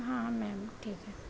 हा मॅम ठीक आहे